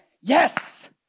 yes